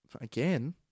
again